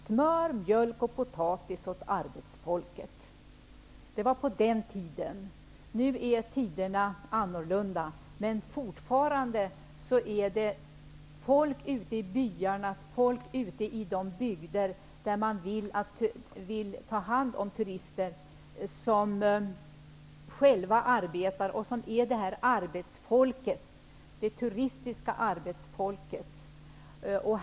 Smör, mjölk och potatis åt arbetsfolket! Det var på den tiden. Nu är tiderna annorlunda, men fortfarande är det folk ute i de byar och de bygder där man vill ta hand om turister som arbetar och som är det här arbetsfolket -- det turistiska arbetsfolket.